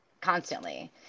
Constantly